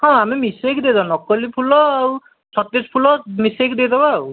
ହଁ ଆମେ ମିଶେଇକି ଦେଇଦେବା ନକଲି ଫୁଲ ଆଉ ସତେଜ ଫୁଲ ମିଶେଇକି ଦେଇ ଦେବା ଆଉ